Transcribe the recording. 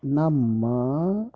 ನಮ್ಮ